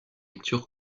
lecture